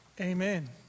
Amen